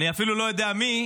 אני אפילו לא יודע מי,